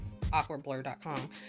awkwardblur.com